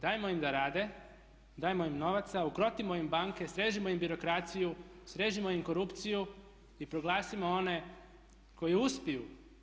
Dajmo im da rade, dajmo im novaca, ukrotimo im banke, srežimo im birokraciju, srežimo im korupciju i proglasimo one koji uspiju.